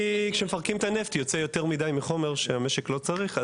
כשמפרקים את הנפט יוצא יותר מדיי מהחומר שהמשק לא צריך.